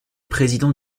président